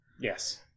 Yes